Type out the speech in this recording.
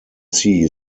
see